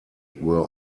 were